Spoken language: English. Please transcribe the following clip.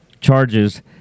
charges